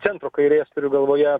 centro kairės turiu galvoje